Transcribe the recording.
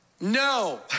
No